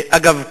אגב,